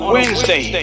Wednesday